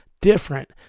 different